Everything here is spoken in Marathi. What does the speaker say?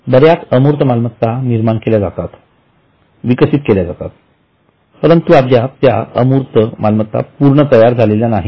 बऱ्याच अमूर्त मालमत्ता निर्माण केल्या जातात विकसित केल्या जातात परंतु अद्याप त्या अमूर्त पूर्ण तयार नाहीत